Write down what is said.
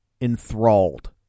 enthralled